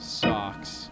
socks